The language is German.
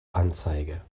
anzeige